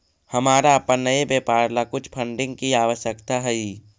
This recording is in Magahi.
हमारा अपन नए व्यापार ला कुछ फंडिंग की आवश्यकता हई